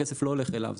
הכסף לא הולך אליו.